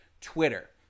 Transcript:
Twitter